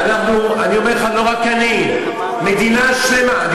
אני אומר לך, לא רק אני, מדינה שלמה.